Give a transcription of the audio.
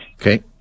okay